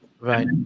right